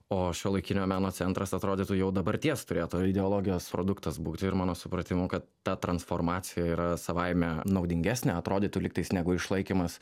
o šiuolaikinio meno centras atrodytų jau dabarties turėtų ideologijos produktas būti ir mano supratimu kad ta transformacija yra savaime naudingesnė atrodytų lygtais negu išlaikymas